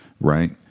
right